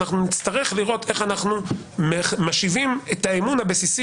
נצטרך לראות איך אנחנו משיבים את האמון הבסיסי